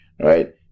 right